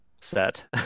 set